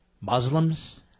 Muslims